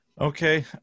Okay